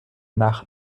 nach